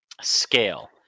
scale